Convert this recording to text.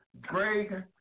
Greg